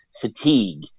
fatigue